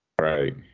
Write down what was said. Right